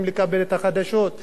ורוצים להכיר,